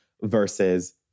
versus